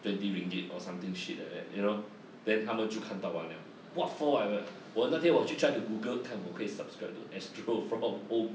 twenty ringgit or something shit like that you know then 他们就看到完 liao what for whate~ 我那天我去 try to google 看我可以 subscribe to astro from home